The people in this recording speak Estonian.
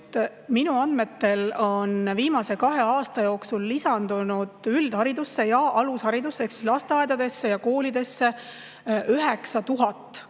Minu andmetel on viimase kahe aasta jooksul lisandunud üldharidusse ja alusharidusse ehk siis lasteaedadesse ja koolidesse 9000